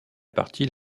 partie